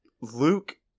Luke